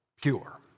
pure